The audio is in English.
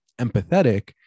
empathetic